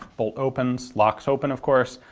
bolt opens, locks open of course,